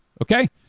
Okay